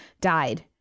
died